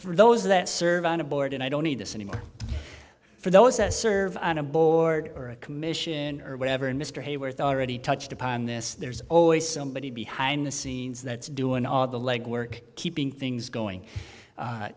for those that serve on a board and i don't need this anymore for those that serve on a board or a commission or whatever and mr hayworth already touched upon this there's always somebody behind the scenes that's doing all the leg work keeping things going